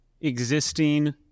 existing